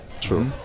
true